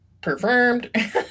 performed